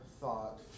thought